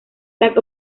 las